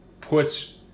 puts